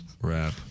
Rap